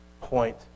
point